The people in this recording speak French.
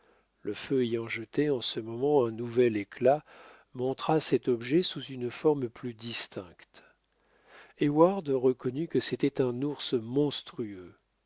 le feu ayant jeté en ce moment un nouvel éclat montra cet objet sous une forme plus distincte heyward reconnut que c'était un ours monstrueux